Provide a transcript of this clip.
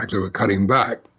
they were cutting back.